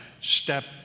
step